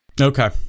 Okay